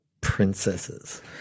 princesses